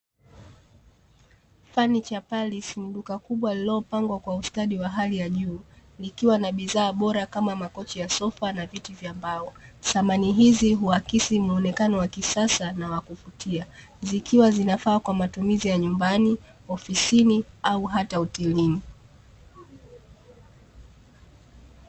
"FURNITURE PALACE" ni duka kubwa lililopangwa kwa ustadi wa hali ya juu likiwa na bidhaa bora kama makochi ya sofa, na viti vya mbao. Samani hizi huakisi muonekano wa kisasa na wakuvutia, zikiwa zinafaa kwa matumizi ya nyumbani, ofisini, au hata hotelini.